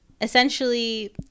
Essentially